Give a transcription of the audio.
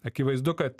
akivaizdu kad